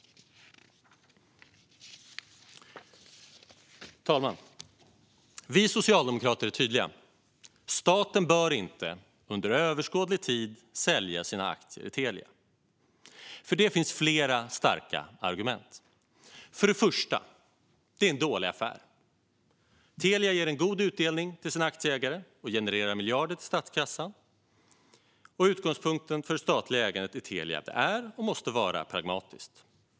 Herr talman! Vi socialdemokrater är tydliga: Staten bör inte under överskådlig tid sälja sina aktier i Telia! För detta finns flera starka argument. För det första är det en dålig affär. Telia ger en god utdelning till sina aktieägare och genererar miljarder till statskassan. Utgångspunkten för det statliga ägandet i Telia är att det är och måste vara pragmatiskt.